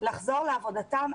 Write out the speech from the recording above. לחזור לעבודתם.